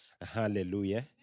Hallelujah